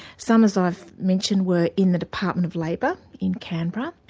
some, as i've mentioned, were in the department of labour in canberra,